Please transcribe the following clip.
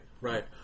right